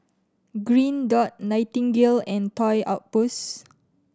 Green Dot Nightingale and Toy Outpost